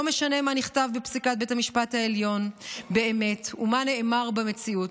לא משנה מה נכתב בפסיקת בית המשפט העליון באמת ומה נאמר במציאות,